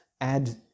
add